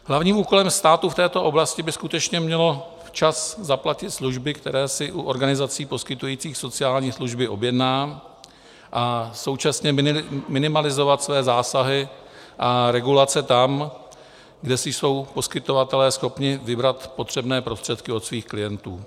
Hlavním úkolem státu v této oblasti by skutečně mělo být včas zaplatit služby, které si u organizací poskytujících sociální služby objednám, a současně minimalizovat své zásahy a regulace tam, kde si jsou poskytovatelé schopni vybrat potřebné prostředky od svých klientů.